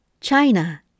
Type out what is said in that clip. China